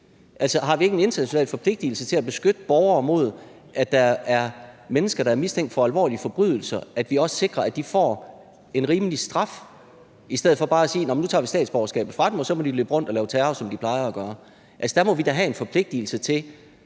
Har vi ikke en international forpligtigelse til at beskytte borgere mod mennesker, der er mistænkt for alvorlige forbrydelser, og også at sikre, at de får en rimelig straf, i stedet for bare at sige, at nu tager vi statsborgerskabet fra dem, og så må de løbe rundt og lave terror, som de plejer at gøre? Der må vi da have en forpligtigelse til,